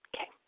Okay